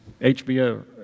HBO